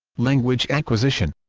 language acquisition